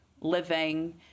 living